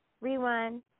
rewind